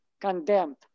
condemned